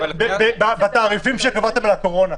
בתעריפים שקבעתם לקורונה.